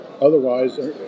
otherwise